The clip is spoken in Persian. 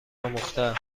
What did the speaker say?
آموختهام